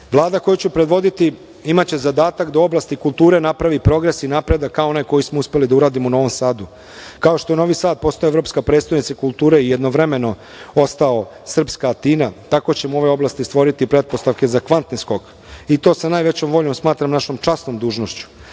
koju ću predvoditi imaće zadatak da u oblasti kulture napravi progres i napredak kao onaj koji smo uspeli da uradimo u Novom Sadu. Kao što je Novi Sad postao evropska prestonica kulture i jednovremeno ostao srpska Atina, tako ćemo u ovoj oblasti stvoriti pretpostavke za kvantni skok i to sa najvećom voljom smatram našom časnom dužnošću. Pre